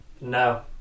No